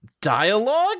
dialogue